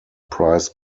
prized